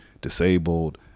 disabled